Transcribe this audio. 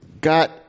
got